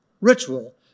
Ritual